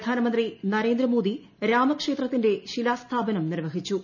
പ്രധാനമന്ത്രി നരേന്ദ്രമേട്ട്രി രാമക്ഷേത്രത്തിന്റെ ശിലാസ്ഥാപനം നിർവഹിച്ചു